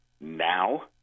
now